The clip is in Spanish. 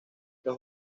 los